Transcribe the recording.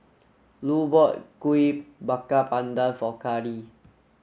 Lu bought Kuih Bakar Pandan For Karlie